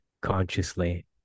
consciously